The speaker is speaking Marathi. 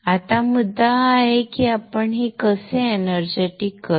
आता मुद्दा हा आहे की आपण हे कसे एनर्जीटीक करू